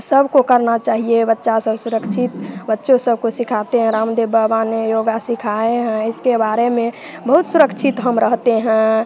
सबको करना चाहिए बच्चा सब सुरक्षित बच्चों सबको सिखाते हैं रामदेव बाबा ने योगा सिखाए हैं इसके बारे में बहुत सुरक्षित हम रहते हैं